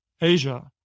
asia